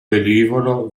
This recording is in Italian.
velivolo